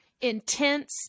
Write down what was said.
intense